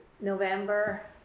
November